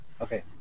Okay